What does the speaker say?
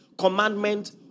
Commandment